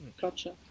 Gotcha